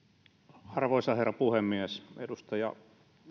arvoisa herra puhemies edustaja